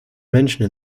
menschen